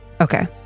Okay